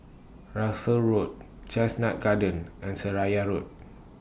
Russels Road Chestnut Gardens and Seraya Road